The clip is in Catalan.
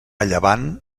llevant